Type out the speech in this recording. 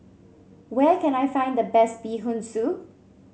where can I find the best Bee Hoon Soup